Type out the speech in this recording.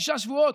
שישה שבועות,